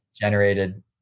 generated